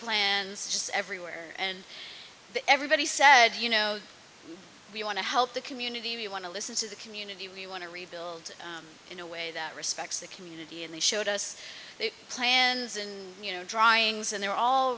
plans just everywhere and everybody said you know we want to help the community we want to listen to the community we want to rebuild in a way that respects the community and they showed us their plans and you know drawings and they're all